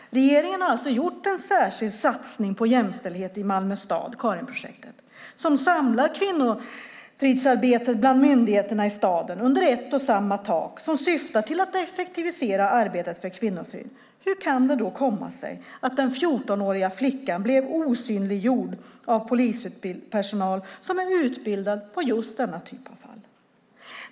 Regeringen har alltså gjort en särskild satsning på jämställdhet i Malmö stad, Karinprojektet, som samlar kvinnofridsarbetet bland myndigheterna i staden under ett och samma tak och som syftar till att effektivisera arbetet för kvinnofrid. Hur kan det då komma sig att den 14-åriga flickan blev osynliggjord av polispersonal som är utbildad på just denna typ av fall?